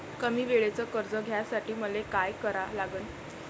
कमी वेळेचं कर्ज घ्यासाठी मले का करा लागन?